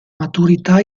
maturità